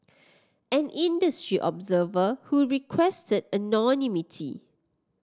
an industry observer who requested anonymity